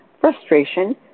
frustration